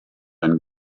and